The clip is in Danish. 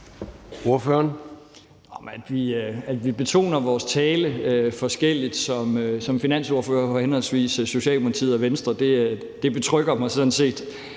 At vi betoner vores tale forskelligt som finansordførere for henholdsvis Socialdemokratiet og Venstre, betrygger mig sådan set.